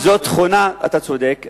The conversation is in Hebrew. אתה צודק,